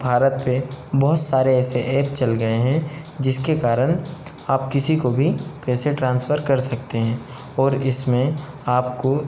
भारत में बहुत सारे ऐसे ऐप चल गए हैं जिसके कारण आप किसी को भी पैसे ट्रांसफ़र कर सकते हैं और इसमें आपको